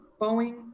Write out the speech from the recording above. boeing